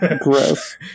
Gross